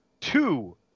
two